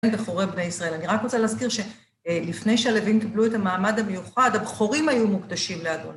בכורי בני ישראל. אני רק רוצה להזכיר שלפני שהלווים קיבלו את המעמד המיוחד, הבכורים היו מוקדשים לאדון.